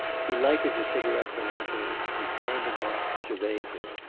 he lighted a cigaret for natalie, and standing off, surveyed her.